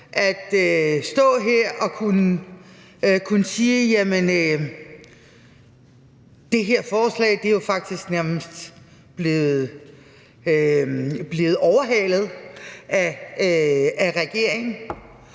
at stå her og kunne sige, at det her forslag faktisk nærmest er blevet overhalet af regeringen